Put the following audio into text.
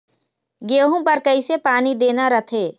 गेहूं बर कइसे पानी देना रथे?